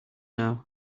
now